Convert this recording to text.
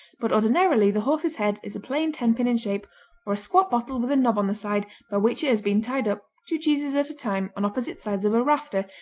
but ordinarily the horse's head is a plain tenpin in shape or a squat bottle with a knob on the side by which it has been tied up, two cheeses at a time, on opposite sides of a rafter,